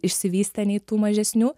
išsivystę nei tų mažesnių